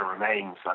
remains